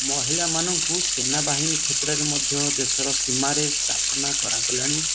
ମହିଳାମାନଙ୍କୁ ସେନାବାହିନୀ କ୍ଷେତ୍ରରେ ମଧ୍ୟ ଦେଶର ସୀମାରେ ସ୍ଥାପନା କରାଗଲାଣି